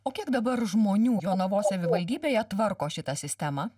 o kiek dabar žmonių jonavos savivaldybėje tvarko šitą sistemą